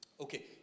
Okay